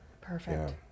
Perfect